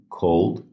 cold